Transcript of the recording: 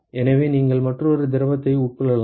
எனவே நீங்கள் மற்றொரு திரவத்தை உட்கொள்ளலாம்